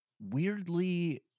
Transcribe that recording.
Weirdly